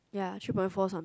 ya three point four some